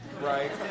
right